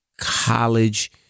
college